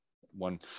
one